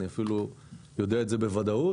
אני אפילו יודע את זה בוודאות,